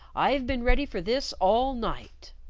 i've been ready for this all night!